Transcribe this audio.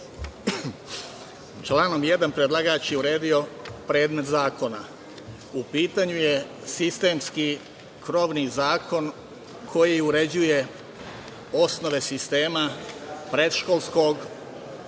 Članom 1. predlagač je uredio predmet zakona.U pitanju je sistemski, krovni zakon, koji uređuje osnove sistema predškolskog,